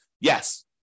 yes